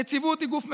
הנציבות היא גוף מסורס,